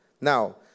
Now